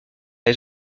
les